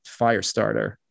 Firestarter